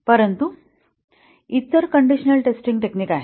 परंतु इतर conditional testing technique आहेत